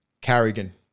Carrigan